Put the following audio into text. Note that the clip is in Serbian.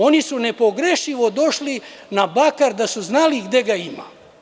Oni su nepogrešivo došli na bakar, da su znali gde ga ima.